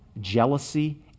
jealousy